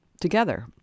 together